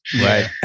Right